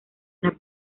una